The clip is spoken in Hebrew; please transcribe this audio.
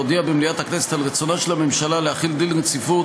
להודיע במליאת הכנסת על רצונה של הממשלה להחיל דין רציפות